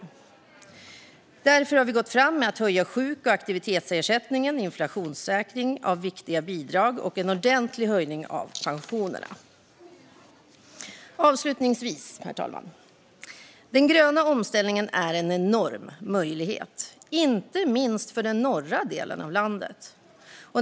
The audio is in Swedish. Av detta skäl har vi gått fram med en höjning av sjuk och aktivitetsersättningen, en inflationssäkring av viktiga bidrag och en ordentlig höjning av pensionerna. Herr talman! Avslutningsvis: Den gröna omställningen är en enorm möjlighet, inte minst för den norra delen av landet.